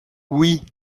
oui